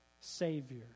Savior